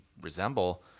resemble